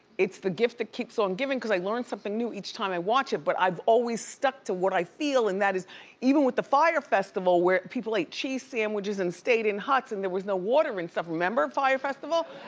it's the gift that keeps on giving cause i learn something knew each time i watch it but i've always stuck to what i feel and that is even with the fyre festival where people ate cheese sandwiches and stayed in huts and there was no water and stuff, remember? fyre festival?